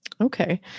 Okay